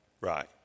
Right